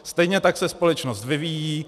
Stejně tak se společnost vyvíjí.